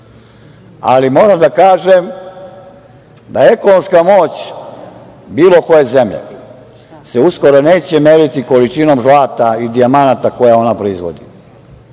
mandata. Moram da kažem da ekonomska moć bilo koje zemlje se uskoro neće meriti količinom zlata i dijamanata koje ona proizvodi,